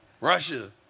Russia